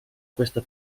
questa